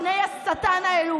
בני השטן האלה,